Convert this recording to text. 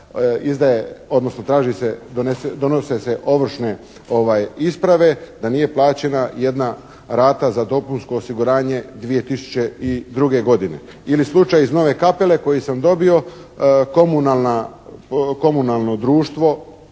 izdaje, odnosno traži se, donose se ovršne isprave da nije plaćena jedna rata za dopunsko osiguranje 2002. godine. Ili slučaj iz Nove Kapele koji sam dobio, komunalno društvo